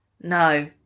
No